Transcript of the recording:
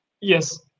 yes